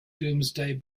domesday